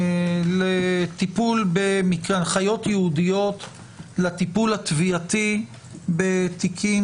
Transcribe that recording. הנחיות ייעודיות לטיפול התביעתי בתיקים